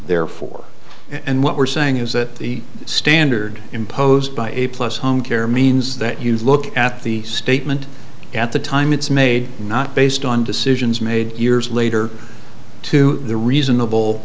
therefore and what we're saying is that the standard imposed by a plus homecare means that you look at the statement at the time it's made not based on decisions made years later to the reasonable